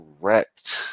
correct